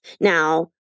Now